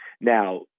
Now